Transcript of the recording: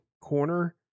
corner